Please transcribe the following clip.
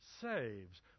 saves